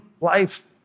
life